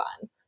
fun